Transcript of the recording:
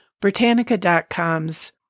Britannica.com's